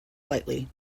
lightly